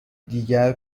دیگر